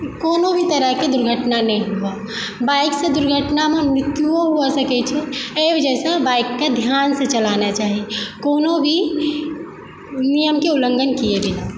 कोनो भी तरहके दुर्घटना नहि होवै बाइकसँ दुर्घटनामे मृत्युओ हो सकै छै एहि वजहसँ बाइकके ध्यानसँ चलाना चाही कोनो भी नियमकेँ उल्लङ्घन किए बिना